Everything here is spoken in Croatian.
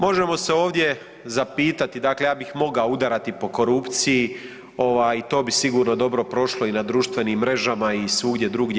Možemo se ovdje zapitati, dakle ja bih mogao udarati po korupciji i to bi sigurno dobro prošlo i na društvenim mrežama i svugdje drugdje.